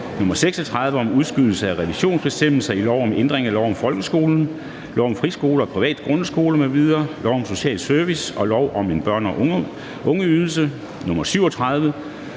36 (Forslag til lov om ændring af lov om ændring af lov om folkeskolen, lov om friskoler og private grundskoler m.v., lov om social service og lov om en børne- og ungeydelse.